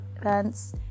events